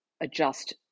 adjust